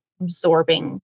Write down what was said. absorbing